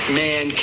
man